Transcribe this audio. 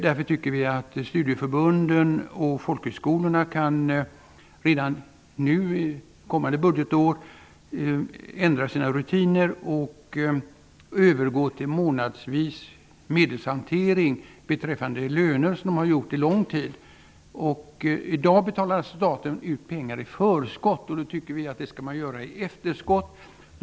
Därför tycker vi att studieförbunden och folkhögskolorna kan ändra sina rutiner redan kommande budgetår och övergå till månadsvis medelshantering, vilket man gjort under lång tid beträffande löner. I dag betalar alltså staten ut pengar i förskott. Vi tycker att man skall göra det i efterskott.